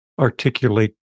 articulate